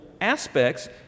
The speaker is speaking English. aspects